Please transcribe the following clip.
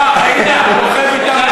אתה היית רוכב אתם,